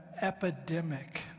epidemic